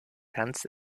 tanz